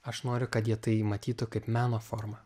aš noriu kad jie tai matytų kaip meno formą